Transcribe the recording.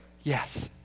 Yes